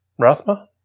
Rathma